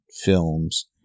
films